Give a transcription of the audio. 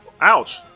Ouch